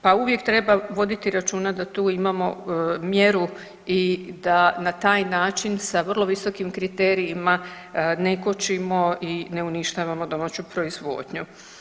Pa uvijek treba voditi računa da tu imamo mjeru i da na taj način sa vrlo visokim kriterijima ne kočimo i ne uništavamo domaću proizvodnju.